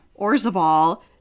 Orzabal